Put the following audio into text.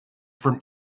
from